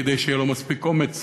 כדי שיהיה לו מספיק אומץ